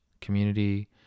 community